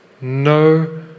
no